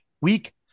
Week